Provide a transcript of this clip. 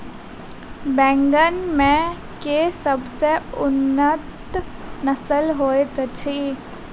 बैंगन मे केँ सबसँ उन्नत नस्ल होइत अछि?